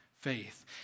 faith